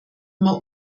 immer